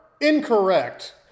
incorrect